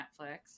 Netflix